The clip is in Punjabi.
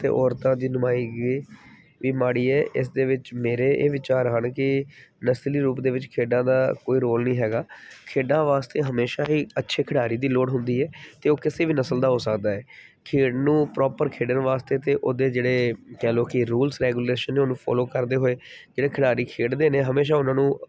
ਅਤੇ ਔਰਤਾਂ ਦੀ ਨੁਮਾਇੰਦਗੀ ਵੀ ਮਾੜੀ ਹੈ ਇਸ ਦੇ ਵਿੱਚ ਮੇਰੇ ਇਹ ਵਿਚਾਰ ਹਨ ਕਿ ਨਸਲੀ ਰੂਪ ਦੇ ਵਿੱਚ ਖੇਡਾਂ ਦਾ ਕੋਈ ਰੋਲ ਨਹੀਂ ਹੈਗਾ ਖੇਡਾਂ ਵਾਸਤੇ ਹਮੇਸ਼ਾ ਹੀ ਅੱਛੇ ਖਿਡਾਰੀ ਦੀ ਲੋੜ ਹੁੰਦੀ ਹੈ ਅਤੇ ਉਹ ਕਿਸੇ ਵੀ ਨਸਲ ਦਾ ਹੋ ਸਕਦਾ ਹੈ ਖੇਡ ਨੂੰ ਪ੍ਰੋਪਰ ਖੇਡਣ ਵਾਸਤੇ ਅਤੇ ਉਹਦੇ ਜਿਹੜੇ ਕਹਿ ਲਓ ਕਿ ਰੂਲਸ ਰੈਗੂਲੇਸ਼ਨ ਨੇ ਉਹਨੂੰ ਫੋਲੋ ਕਰਦੇ ਹੋਏ ਜਿਹੜੇ ਖਿਡਾਰੀ ਖੇਡਦੇ ਨੇ ਹਮੇਸ਼ਾ ਉਹਨਾਂ ਨੂੰ